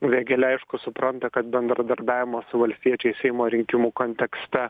vėgėlė aišku supranta kad bendradarbiavimo su valstiečiais seimo rinkimų kontekste